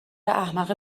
احمق